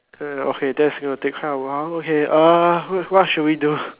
uh okay that's gonna take quite a while okay uh what what should we do